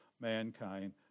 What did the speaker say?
mankind